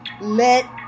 let